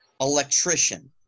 electrician